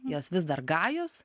jos vis dar gajos